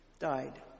died